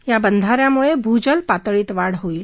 या बंधाऱ्यामुळे भूजल पातळीत वाढ होईल